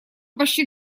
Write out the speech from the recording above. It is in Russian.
почти